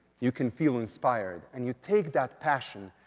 you can feel inspired, and you take that passion,